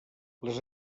les